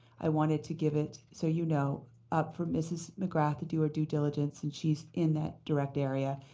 i wanted to give it so you know up for mr. mcgrath to do her due diligence. and she's in that direct area.